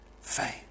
fame